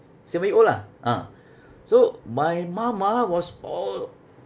seven year old ah ah so my mum ah was all